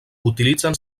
utilitzen